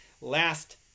Last